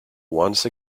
once